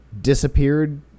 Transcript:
disappeared